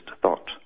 thought